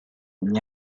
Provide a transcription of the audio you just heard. and